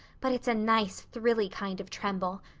but it's a nice thrilly kind of tremble.